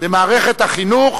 במערכת החינוך,